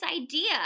idea